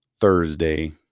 Thursday